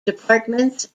departments